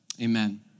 Amen